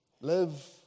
Live